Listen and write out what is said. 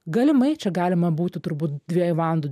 galimai čia galima būtų turbūt dviejų valandų